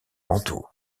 mentaux